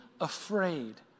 afraid